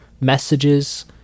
messages